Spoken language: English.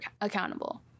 accountable